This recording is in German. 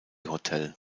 hotel